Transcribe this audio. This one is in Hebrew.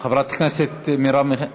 חברת הכנסת מרב מיכאלי?